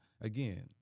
Again